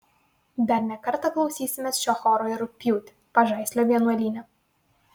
dar ne kartą klausysimės šio choro ir rugpjūtį pažaislio vienuolyne